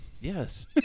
yes